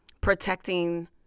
protecting